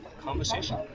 Conversation